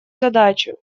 задачу